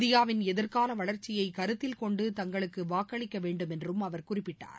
இந்தியாவின் எதிர்கால வளர்ச்சியை கருத்தில் கொண்டு தங்களுக்கு வாக்களிக்க வேண்டும் என்றும் அவர் குறிப்பிட்டார்